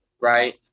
Right